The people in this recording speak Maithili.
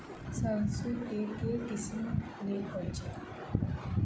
सैरसो केँ के किसिम नीक होइ छै?